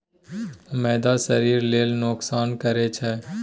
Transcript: मैदा शरीर लेल नोकसान करइ छै